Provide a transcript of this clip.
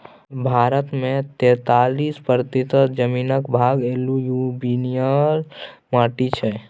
भारत मे तैतालीस प्रतिशत जमीनक भाग एलुयुबियल माटि छै